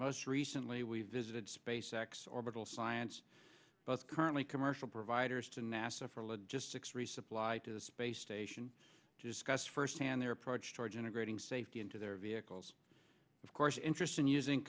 most recently we've visited space x orbital science both currently commercial providers to nasa for logistics resupply to the space station discussed first hand their approach towards integrating safety into their vehicles of course interest in using